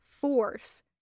force